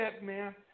man